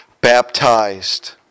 baptized